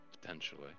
Potentially